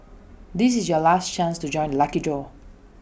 this is your last chance to join the lucky draw